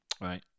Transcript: right